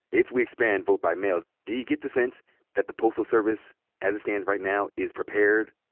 if we expand vote by mail, do you get the sense that the postal service as it stands right now is prepared?